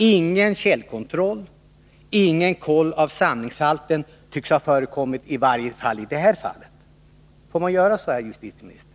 Ingen källkontroll, ingen kollationering av sanningshal ten, tycks ha förekommit, åtminstone inte i det här fallet. Får man göra så här, justitieministern?